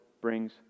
brings